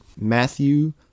Matthew